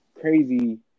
crazy